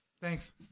Thanks